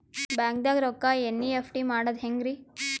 ಬ್ಯಾಂಕ್ದಾಗ ರೊಕ್ಕ ಎನ್.ಇ.ಎಫ್.ಟಿ ಮಾಡದ ಹೆಂಗ್ರಿ?